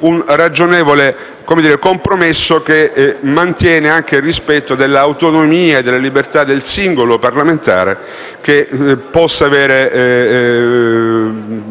un ragionevole compromesso, che mantiene anche il rispetto dell'autonomia e della libertà del singolo parlamentare, che non